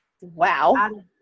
Wow